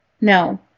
No